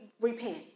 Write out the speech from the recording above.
repent